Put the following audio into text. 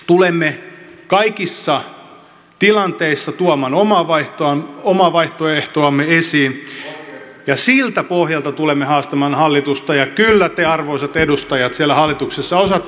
tulemme kaikissa tilanteissa tuomaan omaa vaihtoehtoamme esiin ja siltä pohjalta tulemme haastamaan hallitusta ja kyllä te arvoisat edustajat siellä hallituksessa osaatte lukea